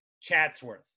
Chatsworth